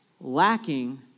lacking